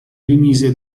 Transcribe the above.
rimise